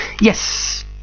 Yes